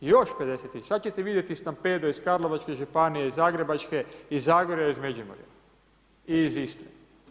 I još 50, sad ćete vidjeti stampedo iz Karlovačke županije, iz Zagrebačke, iz Zagorja, iz Međimurja i iz Istre.